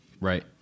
Right